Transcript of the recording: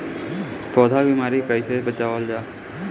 पौधा के बीमारी से कइसे बचावल जा?